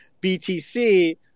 btc